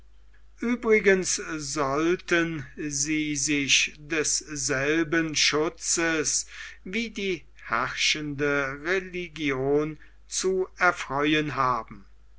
uebrigens sollten sie sich desselben schutzes wie die herrschende religion zu erfreuen haben